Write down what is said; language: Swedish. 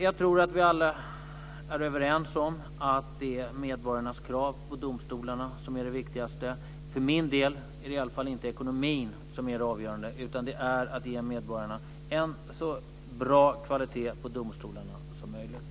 Jag tror att vi alla är överens om att det är medborgarnas krav på domstolarna som är det viktigaste. För min del är det i alla fall inte ekonomin som är det avgörande, utan det är att ge medborgarna en så bra kvalitet på domstolarna som möjligt.